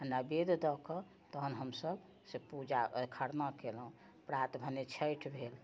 आओर नबेद दऽ कऽ तहन हमसब से पूजा खरना केलोँ प्रात भेने छठि भेल